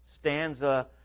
stanza